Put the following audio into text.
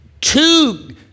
Two